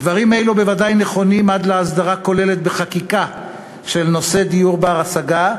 דברים אלו בוודאי נכונים עד להסדרה כוללת בחקיקה של נושא דיור בר-השגה,